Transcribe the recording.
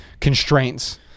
constraints